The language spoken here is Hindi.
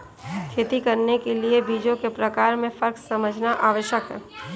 खेती करने के लिए बीजों के प्रकार में फर्क समझना आवश्यक है